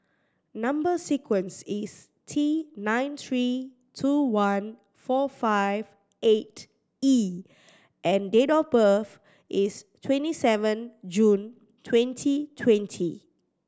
number sequence is T nine three two one four five eight E and date of birth is twenty seven June twenty twenty